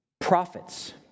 prophets